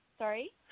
Sorry